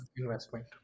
investment